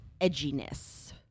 edginess